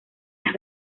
las